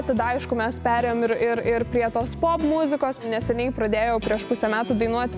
tada aišku mes perėjom ir ir ir prie tos muzikos neseniai pradėjau prieš pusę metų dainuot